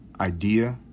idea